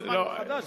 כי לא היה שר.